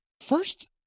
first